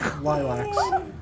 lilacs